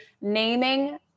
Naming